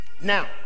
Now